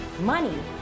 money